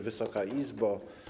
Wysoka Izbo!